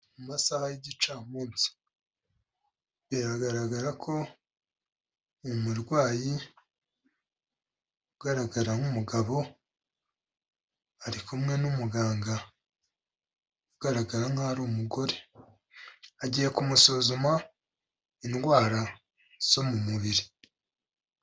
Mu masaha y'igicamunsi, biragaragara ko uyu murwayi ugaragara nk'umugabo ari kumwe n'umuganga ugaragara nkaho ari umugore, agiye kumusuzuma indwara zo mu mubiri.